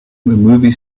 movie